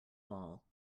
wall